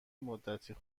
مدتی